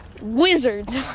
Wizards